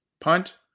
Punt